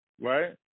right